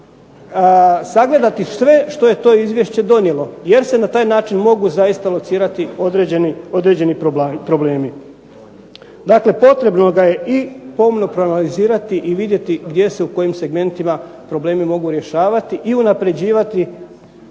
za sagledati sve što je to izvješće donijelo jer se na taj način mogu zaista locirati određeni problemi. Dakle, potrebno ga je i pomno proanalizirati i vidjeti gdje se, u kojim segmentima problemi mogu rješavati i unapređivati i